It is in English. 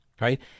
right